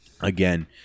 again